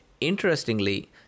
Interestingly